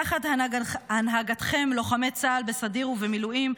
תחת הנהגתכם לוחמי צה"ל בסדיר ובמילואים,